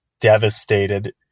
devastated